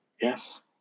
yes